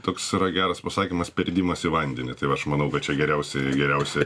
toks yra geras pasakymas perdimas į vandenį tai aš manau kad čia geriausiai geriausia